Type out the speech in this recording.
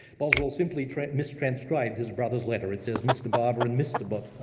boswell simply mis-transcribed his brother's letter. it says mr. barber and mr. but